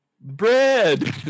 bread